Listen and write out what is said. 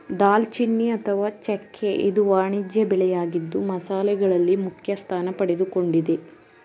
ದಾಲ್ಚಿನ್ನಿ ಅಥವಾ ಚೆಕ್ಕೆ ಇದು ವಾಣಿಜ್ಯ ಬೆಳೆಯಾಗಿದ್ದು ಮಸಾಲೆಗಳಲ್ಲಿ ಮುಖ್ಯಸ್ಥಾನ ಪಡೆದುಕೊಂಡಿದೆ